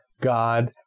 God